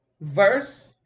verse